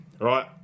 right